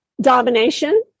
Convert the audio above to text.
domination